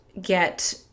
get